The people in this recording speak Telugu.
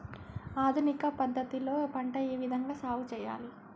ఆధునిక పద్ధతి లో పంట ఏ విధంగా సాగు చేయాలి?